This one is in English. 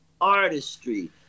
artistry